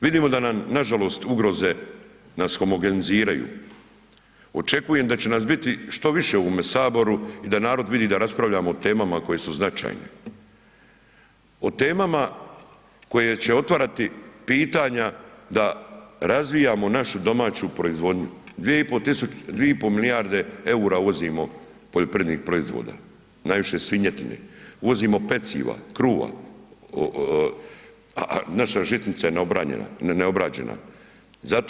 Vidimo da nam nažalost ugroze nas homogeniziraju, očekujem da će nas biti što više u ovome Saboru i da narod vidi da raspravljamo o temama koje su značajne, o temama koje će otvarati pitanja da razvijamo našu domaću proizvodnju, 2,5 milijarde EUR-a uvozimo poljoprivrednih proizvoda, najviše svinjetine, uvozimo peciva, kruva, a naša žitnica je neobranjena, neobrađena.